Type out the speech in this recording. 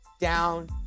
down